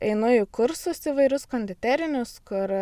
einu į kursus įvairius konditerinius kur